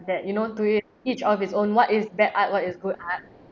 that you know to it each of its own what is bad art what is good art